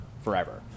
forever